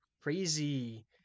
crazy